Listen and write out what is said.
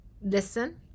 listen